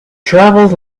travelled